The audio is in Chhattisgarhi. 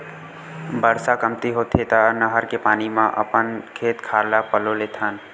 बरसा कमती होथे त नहर के पानी म अपन खेत खार ल पलो लेथन